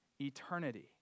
eternity